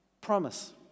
Promise